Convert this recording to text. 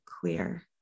clear